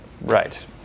Right